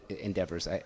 endeavors